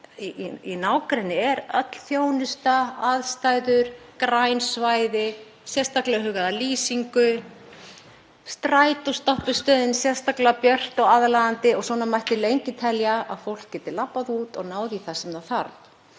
í nágrenni er öll þjónusta, aðstæður, græn svæði, sérstaklega hugað að lýsingu, strætóstoppistöðin sérstaklega björt og aðlaðandi og svona mætti lengi telja, að fólk geti labbað út og náð í það sem það þarf.